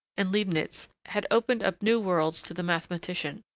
and leibnitz had opened up new worlds to the mathematician,